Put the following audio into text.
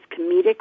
comedic